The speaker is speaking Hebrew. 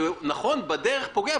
ונכון בדרך פוגע,